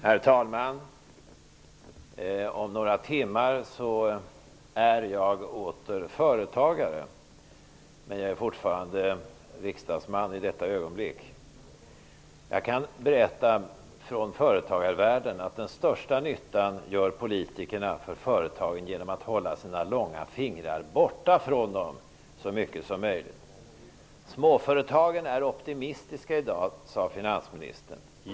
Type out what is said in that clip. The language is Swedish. Herr talman! Om några timmar är jag åter företagare. Men jag är fortfarande riksdagsman i detta ögonblick. Jag kan från företagarvärlden berätta att den största nyttan för företagen gör politikerna genom att hålla sina långa fingrar borta från dem så mycket som möjligt. Småföretagen är optimistiska i dag, sade finansministern.